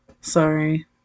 Sorry